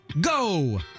go